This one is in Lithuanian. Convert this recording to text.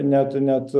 net net